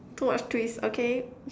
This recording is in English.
too much twist okay